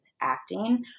acting